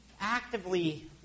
actively